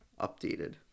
updated